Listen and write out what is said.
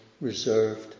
reserved